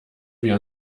wir